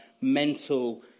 mental